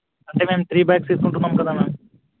అంటే ma'am three bikes తీసుకుంటున్నాం కదా మ్యామ్